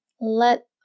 let